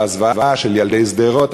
על הזוועה של ילדי שדרות,